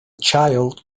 child